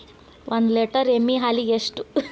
ಒಂದು ಲೇಟರ್ ಎಮ್ಮಿ ಹಾಲಿಗೆ ಎಷ್ಟು?